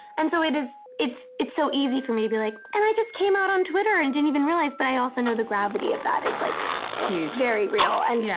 and so it is it's it's so easy for me to be like. and i just came out on twitter and didn't even realize. but i also know the gravity of that is like huge very real. and, yeah